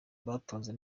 batanzwe